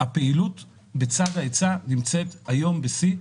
הפעילות בצד ההיצע נמצאת היום בשיא,